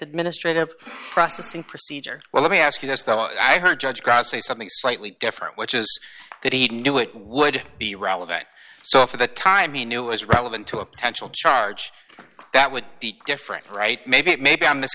administrative processing procedure well let me ask you this though i heard judge grass say something slightly different which is that he knew it would be relevant so if the time he knew was relevant to a potential charge that would be different right maybe maybe i missed